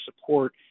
support